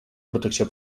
protecció